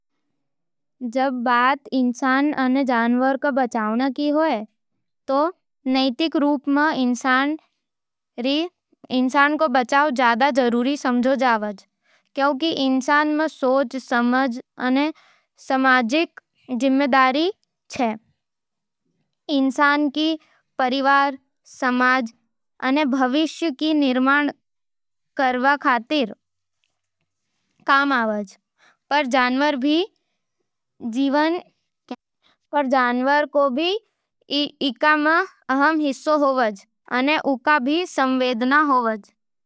जब बात इंसान अने जानवर ने बचावण री होवे, तो नैतिक रूप सै इंसान रो बचाव ज्यादा जरूरी समझा जावज है, क्यूंकि इंसान में सोच, समझ अने समाजिक जिम्मेदारी छे। इंसान की परिवार, समाज अने भविष्य रो निर्माण करबा रो काम होवज। पर जानवर भी जीवन को अहम हिस्सा होवे, अने उँका भी संवेदना होवज।